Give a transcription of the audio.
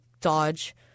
dodge